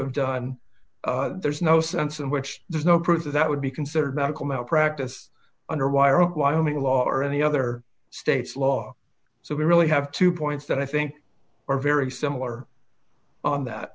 have done there's no sense in which there's no proof that would be considered medical malpractise underwire of wyoming law or any other state's law so we really have two points that i think are very similar on that